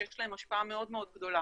שיש להם השפעה מאוד מאוד גדולה.